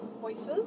voices